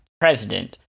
president